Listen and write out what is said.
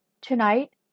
Tonight